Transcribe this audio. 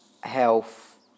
health